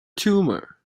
tumor